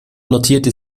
notierte